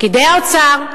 פקידי האוצר,